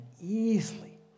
easily